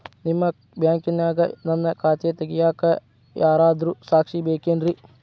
ನಿಮ್ಮ ಬ್ಯಾಂಕಿನ್ಯಾಗ ನನ್ನ ಖಾತೆ ತೆಗೆಯಾಕ್ ಯಾರಾದ್ರೂ ಸಾಕ್ಷಿ ಬೇಕೇನ್ರಿ?